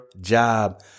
job